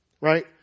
Right